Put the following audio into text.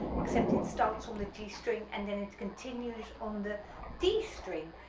except it starts on the g string and then it continues on the d string.